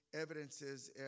evidences